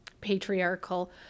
patriarchal